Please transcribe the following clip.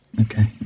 okay